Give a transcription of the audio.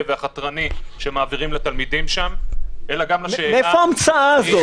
והחתרני שמעבירים שם לתלמידים -- מאיפה ההמצאה הזאת?